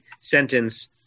sentence